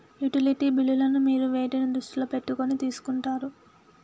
Utility బిల్లులను మీరు వేటిని దృష్టిలో పెట్టుకొని తీసుకుంటారు?